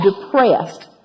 depressed